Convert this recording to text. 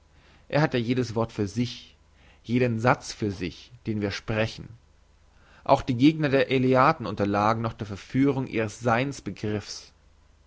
er hat ja jedes wort für sich jeden satz für sich den wir sprechen auch die gegner der eleaten unterlagen noch der verführung ihres